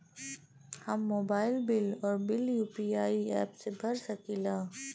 हम mobile bill और bill UPI app से भर सकिला